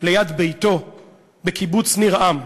ליד ביתו בקיבוץ ניר-עם.